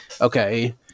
okay